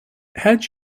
had